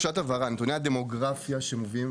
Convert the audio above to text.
שאלת הבהרה: נתוני הדמוגרפיה שמובאים